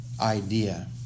idea